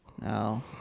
No